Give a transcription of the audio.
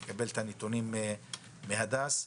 נקבל את הנתונים מהדס תגרי,